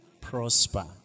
prosper